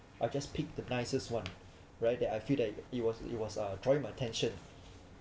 I'll just pick the nicest [one] right that I feel like it was it was uh drawing my attention